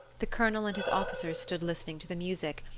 the colonel and his officers stood listening to the music,